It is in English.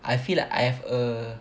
I feel like I have a